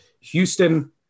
Houston